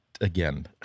again